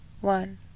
One